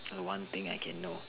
one thing I can know